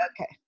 Okay